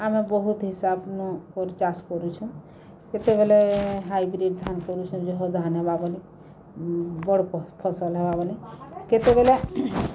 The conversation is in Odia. ଆମେ ବହୁତ୍ ହିସାବନୁ ଚାଷ୍ କରୁଛୁଁ କେତେବେଲେ ହାଇବ୍ରିଡ଼୍ ଧାନ୍ କରୁଛୁ ଜହ ଧାନ୍ ହେବା ବୋଲି ବଡ଼ ଫସଲ୍ ହେବା ବୋଲି କେତେବେଲେ